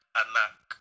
anak